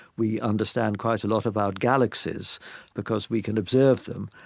we understand quite a lot about galaxies because we can observe them.